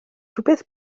rywbeth